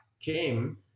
came